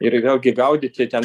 ir vėlgi gaudyti ten